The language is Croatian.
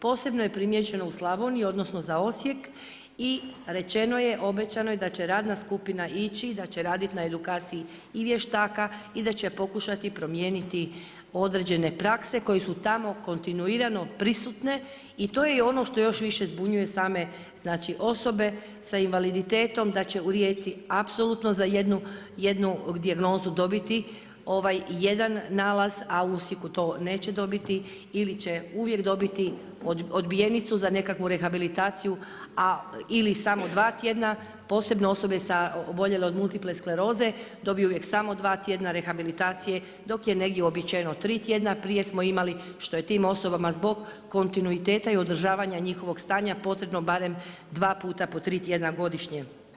Posebno je primijećeno u Slavoniji odnosno za Osijek i rečeno je, obećano je da će radna skupina ići i da će raditi na edukaciji i vještaka i da će pokušati promijeniti određene prakse koje su tamo kontinuirano prisutne i to je i ono što još više zbunjuje same znači osobe sa invaliditetom da će u Rijeci apsolutno za jednu dijagnozu dobiti jedan nalaz a u Osijeku to neće dobiti ili će uvijek dobiti odbijenicu za nekakvu rehabilitaciju a ili samo 2 tjedna posebno osobe oboljele od multipla skleroze dobiju uvijek samo 2 tjedna rehabilitacije dok je negdje uobičajeno 3 tjedna, prije smo imali što je tim osobama zbog kontinuiteta i održavanja njihovog stanja potrebno barem dva puta po 3 tjedna godišnje.